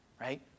right